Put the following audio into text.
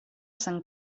sant